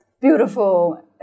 beautiful